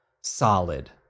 solid